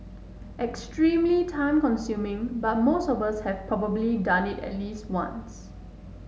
extremely time consuming but most of us have probably done it at least once